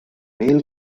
meil